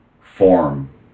form